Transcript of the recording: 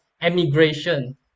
emigration